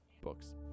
Books